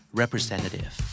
representative